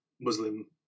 Muslim